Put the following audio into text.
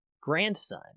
grandson